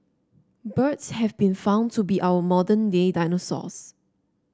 birds have been found to be our modern day dinosaurs